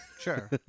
sure